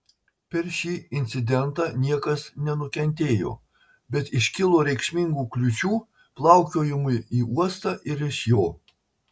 per šį incidentą niekas nenukentėjo bet iškilo reikšmingų kliūčių plaukiojimui į uostą ir iš jo